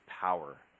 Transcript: power